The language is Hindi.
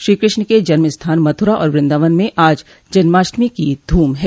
श्री कृष्ण के जन्म स्थान मथुरा और वृन्दावन में आज जन्माष्टमी की धूम है